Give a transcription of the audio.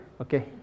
Okay